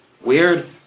weird